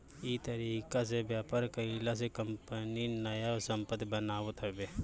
इ तरीका से व्यापार कईला से कंपनी नया संपत्ति बनावत हवे